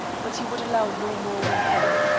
but he would allow no more weeping.